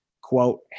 Quote